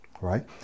right